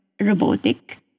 robotic